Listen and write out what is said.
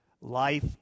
life